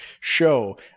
show